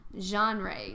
Genre